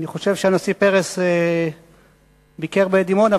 אני חושב שהנשיא פרס ביקר בדימונה,